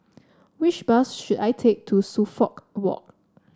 which bus should I take to Suffolk Walk